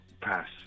Pass